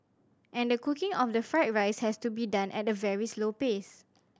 and the cooking of the fried rice has to be done at a very slow pace